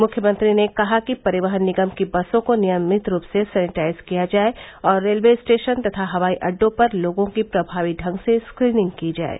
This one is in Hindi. मुख्यमंत्री ने कहा कि परिवहन निगम की बसों को नियमित रूप से सैनेटाइज किया जाये और रेलवे स्टेशन तथा हवाई अड्डों पर लोगों की प्रभावी ढंग से स्क्रीनिंग की जाये